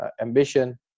ambition